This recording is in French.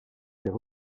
des